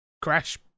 Crash